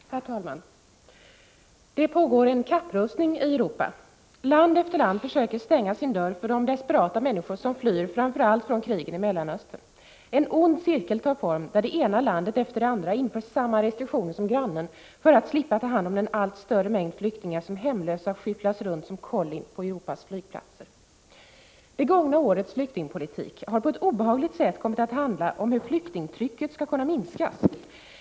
Herr talman! Det pågår en kapprustning i Europa. Land efter land försöker stänga sin dörr för de desperata människor som flyr framför allt från krigen i Mellanöstern. En ond cirkel tar form, där det ena landet efter det andra inför samma restriktioner som grannen för att slippa ta hand om den allt större mängd flyktingar som hemlösa skyfflas runt som kollin på Europas flygplatser. Det gångna årets flyktingpolitik har på ett obehagligt sätt kommit att handla om hur flyktingtrycket skall kunna minskas.